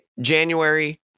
January